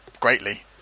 greatly